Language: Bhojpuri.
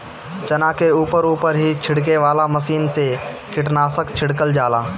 चना के ऊपर ऊपर ही छिड़के वाला मशीन से कीटनाशक छिड़कल जाला